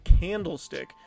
Candlestick